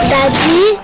Daddy